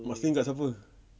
mastering kat siapa